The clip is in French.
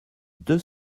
deux